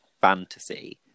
fantasy